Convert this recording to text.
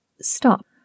stop